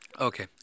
Okay